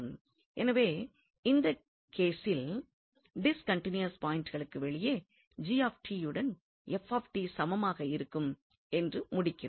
எனவே இந்த கேசில் டிஸ்கன்டினியூடீஸ் பாய்ன்ட்டுகளுக்கு வெளியே 𝑔𝑡 உடன் 𝑓𝑡 சமமாகவே இருக்கும் என்று முடிக்கிறோம்